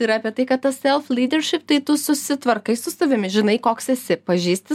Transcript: yra apie tai kad tas self lyderšip tai tu susitvarkai su savimi žinai koks esi pažįsti